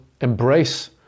embrace